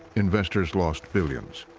investors lost billions.